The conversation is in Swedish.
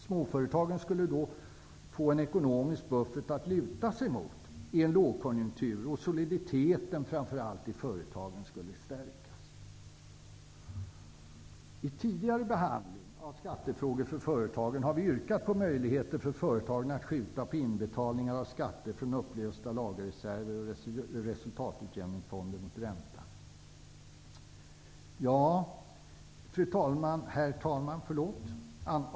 Småföretagen skulle då få en ekonomisk buffert att luta sig mot i en lågkonjunktur och soliditeten i företagen skulle stärkas. Vid tidigare behandling av skattefrågor för företagen har vi yrkat på möjligheter för företagen att mot ränta skjuta på inbetalningar av skatter från upplösta lagerreserver och resultatutjämningsfonder. Herr talman!